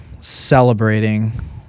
celebrating